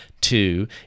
Two